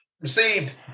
received